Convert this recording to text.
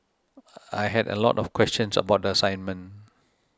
I had a lot of questions about the assignment